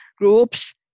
groups